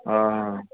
हा